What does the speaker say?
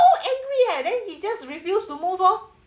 so angry eh then he just refuse to move loh